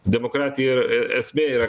demokratija esmė yra